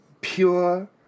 Pure